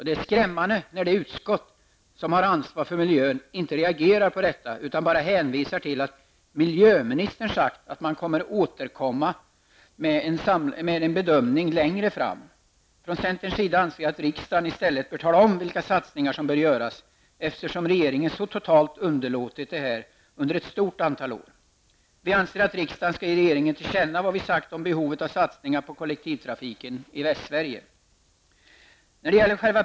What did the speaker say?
Det är skrämmande att det utskott som har ansvar för miljön inte reagerar på detta utan bara hänvisar till att miljöministern har sagt att man skall återkomma med en samlad bedömning längre fram. Från centerns sida anser vi att riksdagen i stället bör tala om vilka satsningar som bör göras, eftersom regeringen så totalt har underlåtit detta under ett stort antal år. Vi anser att riksdagen skall ge regeringen till känna vad vi har sagt om behovet av satsningar på kollektivtrafiken i Västsverige.